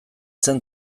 zen